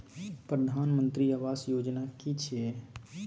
प्रधानमंत्री आवास योजना कि छिए?